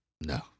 No